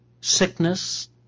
sickness